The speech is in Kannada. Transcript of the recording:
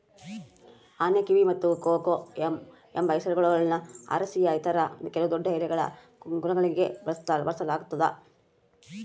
ಆನೆಕಿವಿ ಮತ್ತು ಕೊಕೊಯಮ್ ಎಂಬ ಹೆಸರುಗಳನ್ನು ಅರೇಸಿಯ ಇತರ ಕೆಲವು ದೊಡ್ಡಎಲೆಗಳ ಕುಲಗಳಿಗೆ ಬಳಸಲಾಗ್ತದ